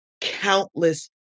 countless